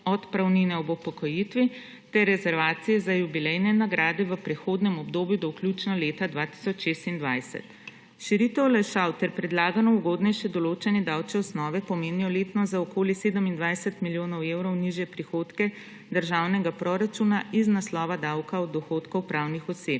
odpravnine ob upokojitvi ter rezervacije za jubilejne nagrade v prihodnjem obdobju do vključno leta 2026. Širitev olajšav ter predlagano ugodnejše določanje davčne osnove pomenijo letno za okoli 27 milijonov evrov nižje prihodke državnega proračuna iz naslova davka od dohodkov pravnih oseb.